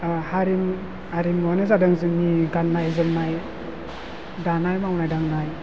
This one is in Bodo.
हारि हारिमुवानो जादों जोंनि गाननाय जोमनाय दानाय मावनाय दांनाय